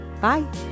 Bye